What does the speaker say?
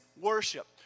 worship